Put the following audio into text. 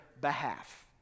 behalf